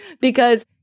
because-